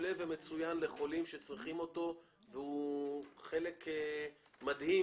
מעולה ומצוין לחולים שצריכים אותו והוא חלק מדהים